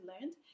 Learned